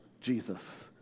Jesus